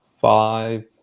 five